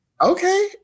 Okay